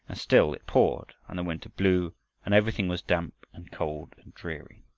still it poured and the wind blew and everything was damp and cold and dreary.